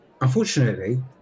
unfortunately